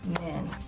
men